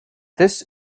this